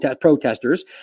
protesters